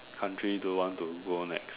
country do you want to go next